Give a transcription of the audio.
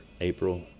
April